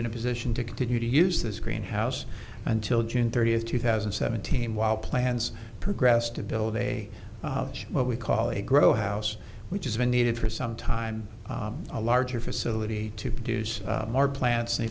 in a position to continue to use this green house until june thirtieth two thousand and seventeen while plans progressed to build a what we call a grow house which isn't needed for some time a larger facility to produce more plants and